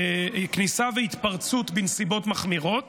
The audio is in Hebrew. כניסה והתפרצות בנסיבות מחמירות